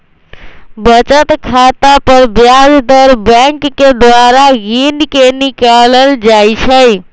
बचत खता पर ब्याज दर बैंक द्वारा गिनके निकालल जाइ छइ